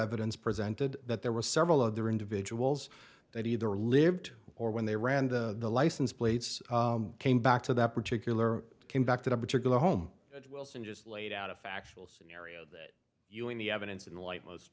evidence presented that there were several other individuals that either lived or when they ran the license plates came back to that particular conducted a particular home wilson just laid out a factual scenario that you in the evidence in the light most